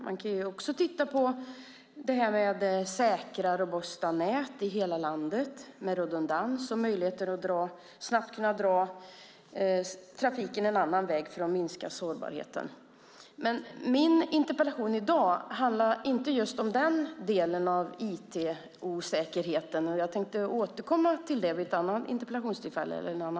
Man kan också titta på säkra och robusta nät i hela landet, med redundans och möjligheter att snabbt kunna dra trafiken en annan väg för att minska sårbarheten. Min interpellation i dag handlar inte om den delen av IT-osäkerheten, utan jag tänkte återkomma till detta vid ett annat interpellationstillfälle.